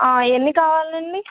ఎన్ని కావాలండి